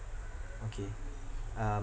okay um